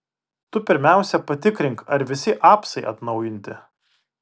tu pirmiausia patikrink ar visi apsai atnaujinti